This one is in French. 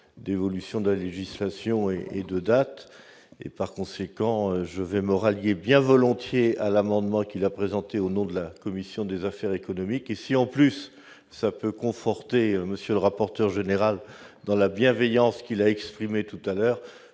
d'évolution de la législation et de dates et, par conséquent, je vais me rallier bien volontiers à l'amendement qui l'a présenté au nom de la commission des affaires économiques et si on plus ça peut conforter, monsieur le rapporteur général dans la bienveillance qui l'a exprimé tout à l'heure,